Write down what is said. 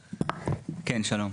כן, שלום.